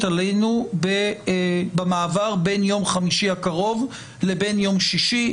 עלינו במעבר בין יום חמישי הקרוב לבין יום שישי,